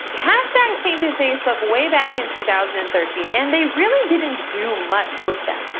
hashtags came to facebook way back in two thousand and thirteen, and they really didn't do much with them.